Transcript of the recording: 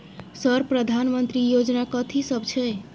Sir प्रधानमंत्री योजना कथि सब छै?